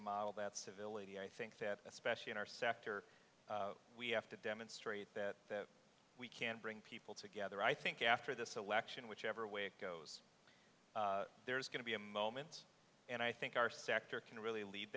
model that civility i think that especially in our sector we have to demonstrate that we can bring people together i think after this election whichever way it goes there's going to be a moment and i think our sector can really lead